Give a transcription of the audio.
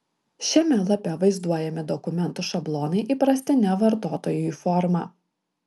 šiame lape vaizduojami dokumentų šablonai įprastine vartotojui forma